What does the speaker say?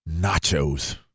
nachos